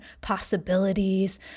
possibilities